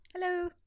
Hello